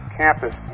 campus